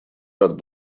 рад